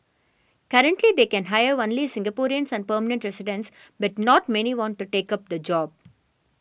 currently they can hire only Singaporeans and permanent residents but not many want to take up the job